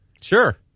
Sure